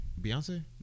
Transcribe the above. Beyonce